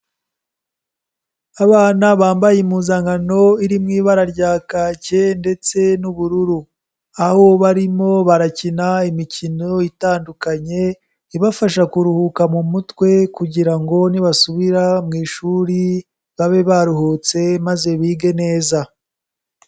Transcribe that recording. Abana bambaye impuzankano iri mu ibara rya kake ndetse n'ubururu, aho barimo barakina imikino itandukanye ibafasha kuruhuka mu mutwe kugira ngo nibasubira mu ishuri babe baruhutse maze bige neza.